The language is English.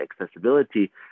accessibility